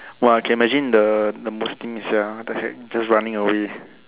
!wah! can imagine the the muslim sia the heck just running over it